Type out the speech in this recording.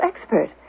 expert